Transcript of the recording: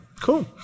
Cool